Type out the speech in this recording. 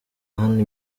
ahana